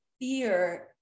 fear